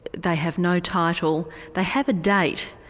they have no title they have a date.